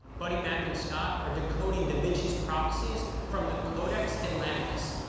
buddy, mac, and scott are decoding da vinci's prophecies from the codex atlanticus,